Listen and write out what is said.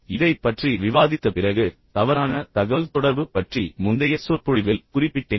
இப்போது இதைப் பற்றி விவாதித்த பிறகு தவறான தகவல்தொடர்பு பற்றி முந்தைய சொற்பொழிவில் எங்காவது குறிப்பிட்டேன்